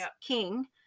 King